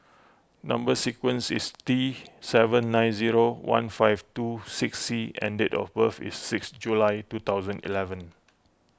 Number Sequence is T seven nine zero one five two six C and date of birth is six July two thousand eleven